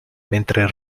mentre